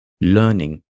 learning